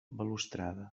balustrada